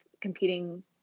competing